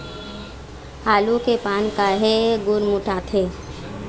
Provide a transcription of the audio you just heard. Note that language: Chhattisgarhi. आलू के पान काहे गुरमुटाथे?